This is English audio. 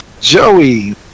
Joey